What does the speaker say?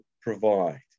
provide